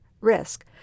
risk